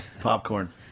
Popcorn